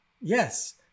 yes